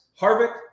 Harvick